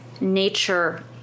nature